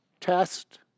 test